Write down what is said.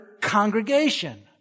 congregation